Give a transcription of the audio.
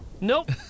Nope